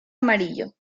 amarillo